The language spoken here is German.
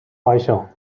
reicher